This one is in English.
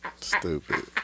Stupid